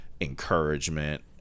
encouragement